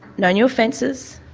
no new offences,